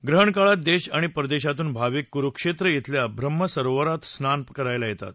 ग्रहण काळात देश आणि परदेशातून भाविक कुरुक्षेत्र धिल्या ब्रम्हसरोवरात स्नान करायला येतात